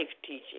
teaching